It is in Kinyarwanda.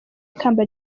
ikamba